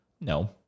no